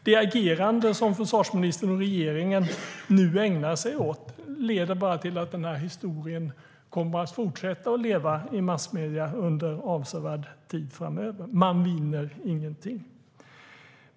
Det agerande som försvarsministern och regeringen nu ägnar sig åt leder bara till att historien kommer att fortsätta att leva i massmedierna under avsevärd tid framöver. Man vinner ingenting.